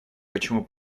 почему